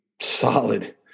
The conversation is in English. solid